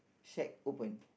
shack open